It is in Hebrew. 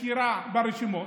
מכירה ברשימות.